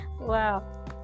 Wow